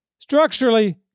Structurally